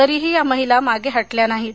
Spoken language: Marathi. तरीही या महिला मागे हटल्या नाहीत